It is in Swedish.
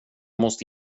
måste